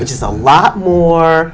which is a lot more